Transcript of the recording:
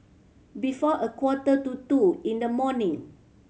before a quarter to two in the morning